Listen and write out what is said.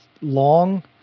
long